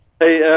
Hey